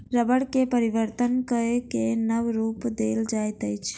रबड़ के परिवर्तन कय के नब रूप देल जाइत अछि